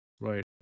Right